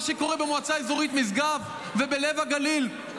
מה שקורה במועצה אזורית משגב, ובלב הגליל.